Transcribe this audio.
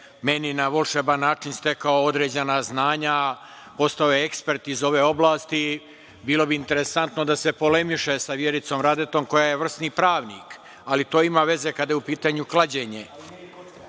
meni na volšeban način stekao određena znanja, postao je ekspert iz ove oblasti. Bilo bi interesantno da se polemiše sa Vjericom Radetom, koja je vrsni pravnik, ali to ima veze kada je u pitanju klađenje. Naime,